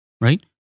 right